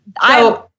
I-